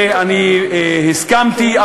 ואני הסכמתי.